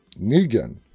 Negan